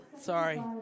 Sorry